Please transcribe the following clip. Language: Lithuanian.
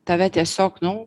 tave tiesiog nu